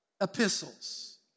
epistles